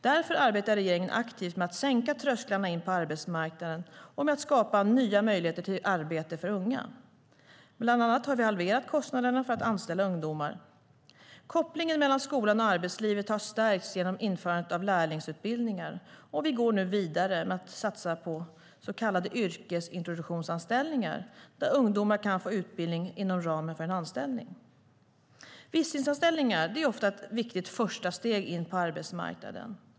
Därför arbetar regeringen aktivt med att sänka trösklarna in på arbetsmarknaden och med att skapa nya möjligheter till arbete för unga. Bland annat har vi halverat kostnaderna för att anställa ungdomar. Kopplingen mellan skolan och arbetslivet har stärkts genom införande av lärlingsutbildningar. Vi går nu också vidare med satsningar på så kallade yrkesintroduktionsanställningar, där ungdomar kan få utbildning inom ramen för en anställning. Visstidsanställningar är ofta ett viktigt första steg in på arbetsmarknaden.